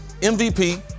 MVP